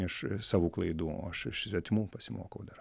iš savų klaidų o aš iš svetimų pasimokau dar